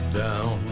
down